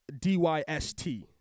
D-Y-S-T